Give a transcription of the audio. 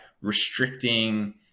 restricting